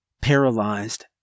paralyzed